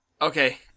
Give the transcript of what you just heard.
Okay